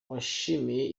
wishimiye